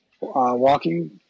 walking